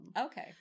Okay